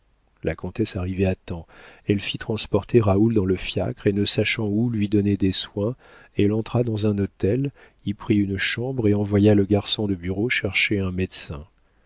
la comtesse arrivait à temps elle fit transporter raoul dans le fiacre et ne sachant où lui donner des soins elle entra dans un hôtel y prit une chambre et envoya le garçon de bureau chercher un médecin